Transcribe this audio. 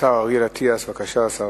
השר אריאל אטיאס, שר